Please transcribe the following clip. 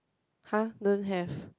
[huh] don't have